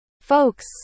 Folks